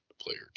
player